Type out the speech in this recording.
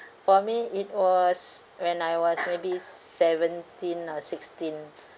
for me it was when I was maybe seventeen or sixteen